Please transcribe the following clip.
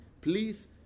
Please